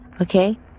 Okay